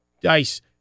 dice